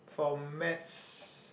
for maths